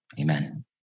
Amen